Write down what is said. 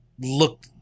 look